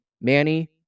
Manny